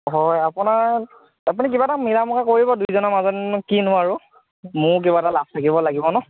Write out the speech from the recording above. হয় আপোনাৰ আপুনি কিবা এটা মিলা মোকা কৰিব দুইজনৰ মাজত কিনো আৰু মোৰো কিবা এটা লাভ থাকিব লাগিব ন'